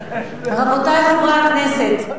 רבותי חברי הכנסת,